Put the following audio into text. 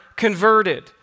converted